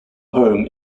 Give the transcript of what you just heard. home